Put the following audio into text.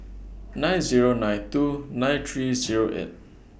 nine Zero nine two nine three Zero eight